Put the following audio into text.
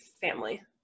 family